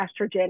estrogen